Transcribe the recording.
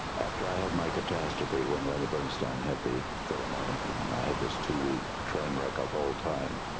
after i had my catastrophe when lenny bernstein had the philharmonic and i had this two week train wreck of all time,